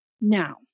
Now